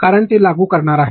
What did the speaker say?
कारण ते लागू करणार आहेत